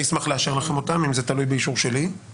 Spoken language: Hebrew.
אני אשמח לאשר לכם אותם, אם זה תלוי באישור שלי.